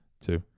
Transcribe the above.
Two